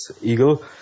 eagle